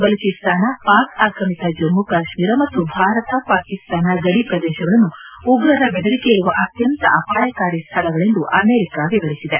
ಬಲೂಚಿಸ್ತಾನ ಪಾಕ್ ಆಕ್ರಮಿತ ಜಮ್ಮು ಕಾಶ್ಮೀರ ಮತ್ತು ಭಾರತ ಪಾಕಿಸ್ತಾನ ಗದಿ ಪ್ರದೇಶಗಳನ್ನು ಉಗ್ರರ ಬೆದರಿಕೆ ಇರುವ ಅತ್ಯಂತ ಅಪಾಯಕಾರಿ ಸ್ಲಳಗಳೆಂದು ಅಮೆರಿಕ ವಿವರಿಸಿದೆ